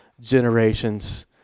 generations